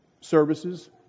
services